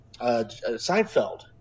Seinfeld